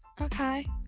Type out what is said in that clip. Okay